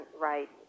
right